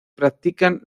practican